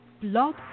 Blog